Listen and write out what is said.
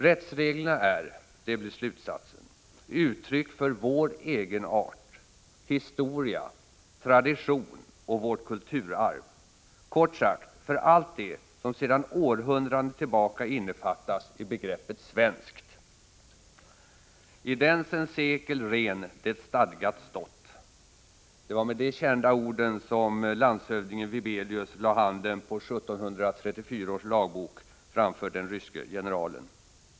Rättsreglerna är — det blir slutsatsen — uttryck för vår egenart, historia, tradition och vårt kulturarv, kort sagt för allt det som sedan århundraden tillbaka innefattas i begreppet svenskt. ”TI den sen sekler ren det stadgat stått.” Det var med dessa kända ord som landshövdingen Wibelius lade handen på 1734 års lagbok framför den ryske generalen.